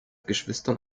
geschwistern